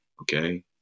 Okay